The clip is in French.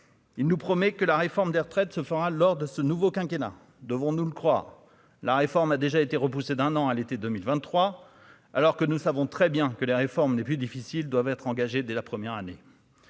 Il nous promet que la réforme des retraites se fera lors de ce nouveau quinquennat devons-nous le croire, la réforme a déjà été repoussée d'un an à l'été 2023 alors que nous savons très bien que les réformes les plus difficiles doivent être engagés dès la première année.